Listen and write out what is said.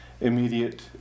immediate